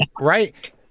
right